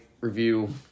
review